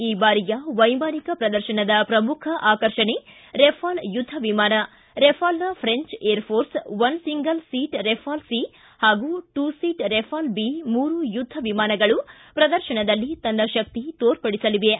ಈ ಬಾರಿಯ ವೈಮಾನಿಕ ಪ್ರದರ್ಶನದ ಪ್ರಮುಖ ಆಕರ್ಷಣೆ ರೇಫಾಲ್ ಯುದ್ದ ವಿಮಾನ ರೇಫಾಲ್ನ French air force one single seat Rafale C ಹಾಗೂ ಟು ಸಿಟ್ ರೇಫಾಲ್ ಬಿ ಮೂರು ಯುದ್ದ ವಿಮಾನಗಳು ಪ್ರದರ್ಶನದಲ್ಲಿ ತನ್ನ ಶಕ್ತಿ ತೋರ್ಪಡಿಸಲಿವೆ